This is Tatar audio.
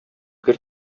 гер